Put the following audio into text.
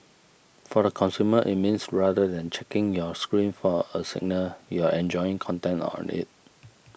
for the consumer it means rather than checking your screen for a signal you're enjoying content on it